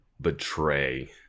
betray